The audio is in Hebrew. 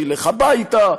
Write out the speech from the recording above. שילך הביתה,